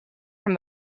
from